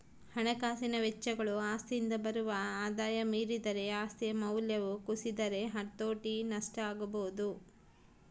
ಹಣಕಾಸಿನ ವೆಚ್ಚಗಳು ಆಸ್ತಿಯಿಂದ ಬರುವ ಆದಾಯ ಮೀರಿದರೆ ಆಸ್ತಿಯ ಮೌಲ್ಯವು ಕುಸಿದರೆ ಹತೋಟಿ ನಷ್ಟ ಆಗಬೊದು